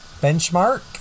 benchmark